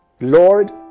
Lord